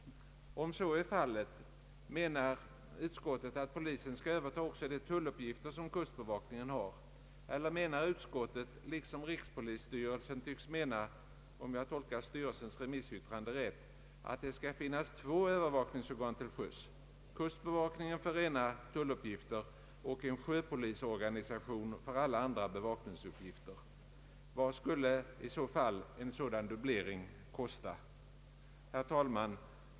Om så är fallet, menar utskottet att polisen skall överta också de tulluppgifter som kustbevakningen har? Eller menar utskottet — liksom rikspolisstyrelsen tycks mena, om jag tolkat styrelsens remissyttrande rätt — att det skall finnas två övervakningsorgan till sjöss: kustbevakningen för rena tulluppgifter och en sjöpolisorganisation för alla andra bevakningsuppgifter? Vad skulle i så fall en sådan dubblering kosta? Herr talman!